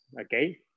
okay